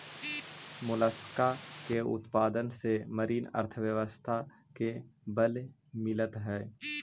Mollusca के उत्पादन से मरीन अर्थव्यवस्था के बल मिलऽ हई